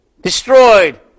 destroyed